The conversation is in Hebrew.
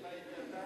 לא הייתי מתנגד.